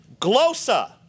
glosa